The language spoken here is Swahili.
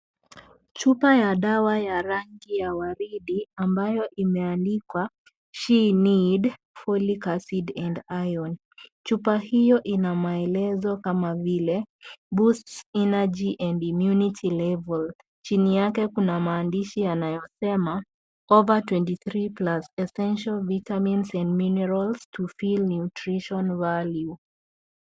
Chupa ya dawa ya rangi ya waridi ambayo imeandikwa she need, folic acid and iron , chupa hio ina maelezo kama vile, boost energy and immunity level, chini yake kuna maandishi yanayosema over twenty three plus essential vitamins and minerals to fill nutrition value .